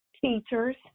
teachers